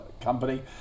company